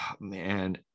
man